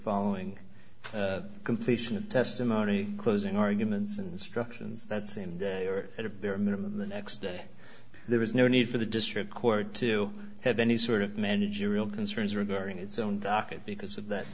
following the completion of testimony closing arguments instructions that same day or at a bare minimum the next day there was no need for the district court to have any sort of managerial concerns regarding its own docket because of that